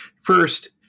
First